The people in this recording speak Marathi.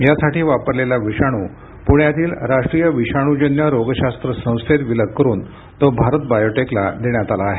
यासाठी वापरलेला विषाणू पुण्यातील राष्ट्रीय विषाणूजन्य रोगशास्त्र संस्थेत विलग करुन तो भारत बायोटेकला देण्यात आला आहे